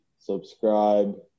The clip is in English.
subscribe